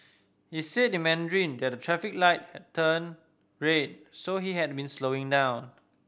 he said in Mandarin that the traffic light had turned red so he had been slowing down